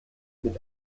mit